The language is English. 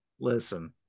listen